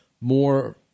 more